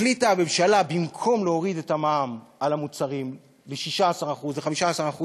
החליטה הממשלה במקום להוריד את המע"מ על המוצרים מ-16% ל-15%,